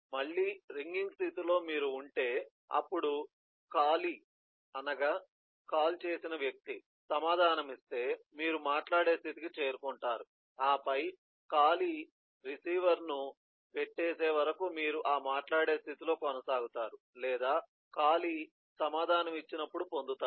మళ్ళీ రింగింగ్ స్థితిలో మీరు ఉంటే అప్పుడు కాలీ సమాధానమిస్తే మీరు మాట్లాడే స్థితికి చేరుకుంటారు ఆపై కాలీ రిసీవర్ను పెట్టేసే వరకు మీరు ఆ మాట్లాడే స్థితిలో కొనసాగుతారు లేదా కాలీ సమాధానం ఇచ్చినప్పుడు పొందుతారు